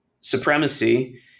supremacy